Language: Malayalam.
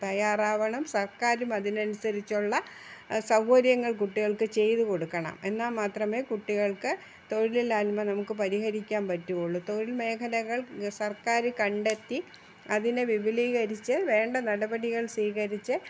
തയ്യാറാവണം സർക്കാരും അതിന് അനുസരിച്ചുള്ള സൗകര്യങ്ങൾ കുട്ടികൾക്ക് ചെയ്ത് കൊടുക്കണം എന്നാ മാത്രമേ കുട്ടികൾക്ക് തൊഴിലില്ലായിമ നമുക്ക് പരിഹരിക്കാൻ പറ്റുകയുള്ളൂ തൊഴിൽ മേഖലകൾ സർക്കാർ കണ്ടെത്തി അതിനെ വിപുലീകരിച്ച് വേണ്ട നടപടികൾ സ്വീകരിച്ച്